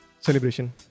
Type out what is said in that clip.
Celebration